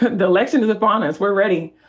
the election is upon us. we're ready.